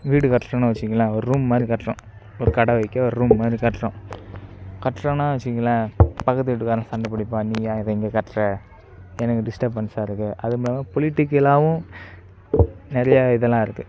வீடு கட்டுறோனு வச்சுக்கோங்களேன் ஒரு ரூம் மாதிரி கட்டுறோம் ஒரு கடை வைக்க ஒரு ரூம் மாதிரி கட்டுறோம் கட்றோன்னு வச்சுக்கோங்களேன் பக்கத்து வீட்டுக்காரன் சண்டை பிடிப்பான் நீங்கள் ஏன் இதை இங்கே கட்டற எனக்கு டிஸ்ட்ரப்பன்ஸாக இருக்குது அதுவும் இல்லாமல் பொலிட்டிக்கலாவும் நிறையா இதெல்லாம் இருக்குது